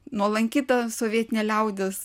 nuolanki ta sovietinė liaudis